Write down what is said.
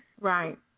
Right